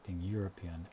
European